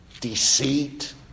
deceit